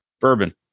bourbon